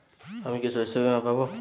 আমি কি শষ্যবীমা পাব?